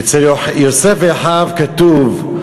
אצל יוסף ואחיו כתוב: